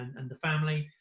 and the family,